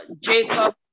Jacob